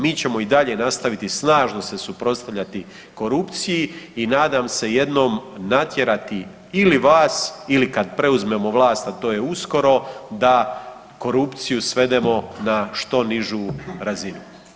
Mi ćemo i dalje nastavljati snažno se suprotstavljati korupciji i nadam se jednom natjerati ili vas ili kad preuzmemo vlast, a to je uskoro da korupciju svedemo na što nižu razinu.